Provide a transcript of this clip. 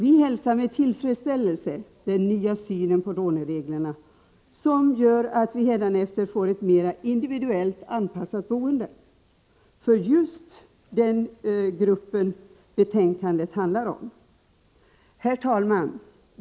Vi hälsar med tillfredsställelse den nya synen på lånereglerna, som gör att vi hädanefter får ett mera individuellt anpassat boende för den grupp människor betänkandet handlar om. Herr talman!